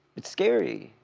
it's scary.